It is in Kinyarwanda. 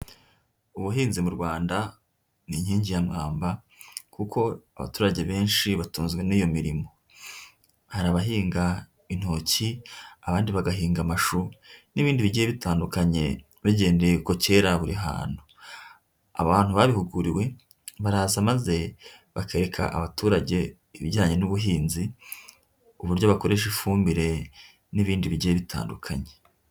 Ubuhinzi mu Rwanda ni inkingi ya mwamba kuko abaturage benshi batunzwe n'iyo mirimo, hari abahinga intoki, abandi bagahinga amashu n'ibindi bigiye bitandukanye bagendeye ku cyera buri hantu, abantu babihuguriwe baraza maze bakerereka abaturage ibijyanye n'ubuhinzi, uburyo bakoresha ifumbire n'ibindi bigiye bitandukanye.